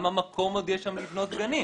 כמה מקום עוד יש שם לבנות גנים?